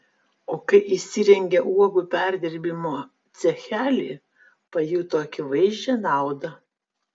o kai įsirengė uogų perdirbimo cechelį pajuto akivaizdžią naudą